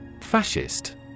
Fascist